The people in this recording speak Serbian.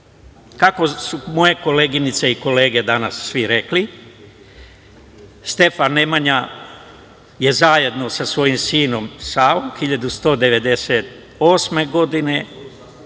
Kako su moje koleginice i kolege danas svi rekli, Stefan Nemanja je zajedno sa svojim sinom Savom 1198. godine